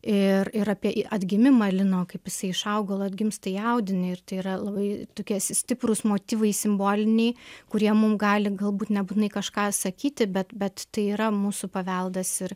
ir ir apie i atgimimą lino kaip jisai iš augalo atgimsta į audini ir tai yra labai tokie stiprūs motyvai simboliniai kurie mum gali galbūt nebūtinai kažką sakyti bet bet tai yra mūsų paveldas ir